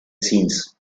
scenes